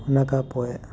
हिनखां पोएं